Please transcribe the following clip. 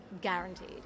guaranteed